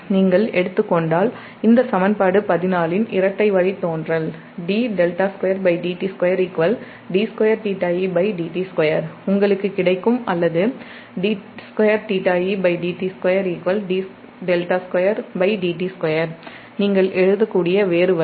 நீங்கள் எடுத்துக் கொண்டால் இந்த சமன்பாடு 14 இன் இரட்டை வழித்தோன்றல்உங்களுக்கு கிடைக்கும் அல்லதுநீங்கள் எழுதக்கூடிய வேறு வழி